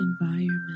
environment